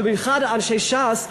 במיוחד אנשי ש"ס,